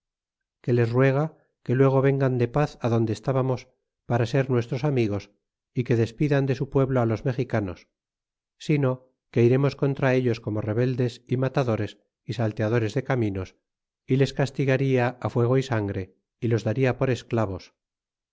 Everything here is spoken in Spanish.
que les ruega que luego vengan de paz adonde estábamos para ser nuestros amigos y que despidan de su pueblo á los mexicanos sino que iremos contra ellos como rebeldes y matadores y salteadores de caminos y les castigaria á fuego y sangre y los daria por esclavos